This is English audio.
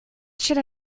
should